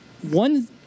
One